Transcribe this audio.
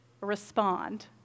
respond